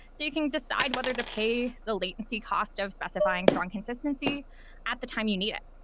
so you can decide whether to pay the latency cost of specifying strong consistency at the time you need it.